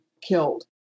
killed